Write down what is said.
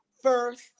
First